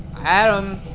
adam.